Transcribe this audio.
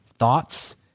thoughts